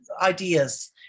ideas